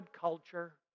culture